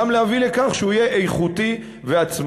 גם להביא לכך שהוא יהיה איכותי ועצמאי.